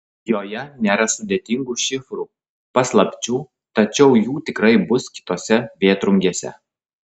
joje nėra sudėtingų šifrų paslapčių tačiau jų tikrai bus kitose vėtrungėse